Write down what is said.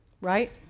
Right